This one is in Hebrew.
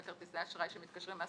וכרטיסי אשראי שמתקשרים מהסופר,